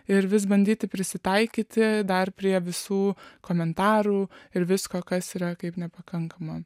ir vis bandyti prisitaikyti dar prie visų komentarų ir visko kas yra kaip nepakanka man